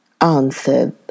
answered